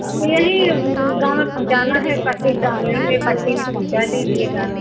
अब यहीं गाँव में पहुँचाना है पट्टी ग्रामीण में पट्टी में पहुँचा दीजिएगा